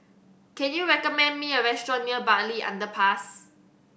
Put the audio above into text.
can you recommend me a restaurant near Bartley Underpass